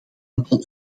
aantal